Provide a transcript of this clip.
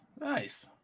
Nice